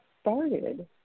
started